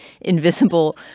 invisible